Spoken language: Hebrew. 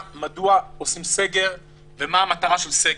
מדוע עושים סגר ומה המטרה של הסגר.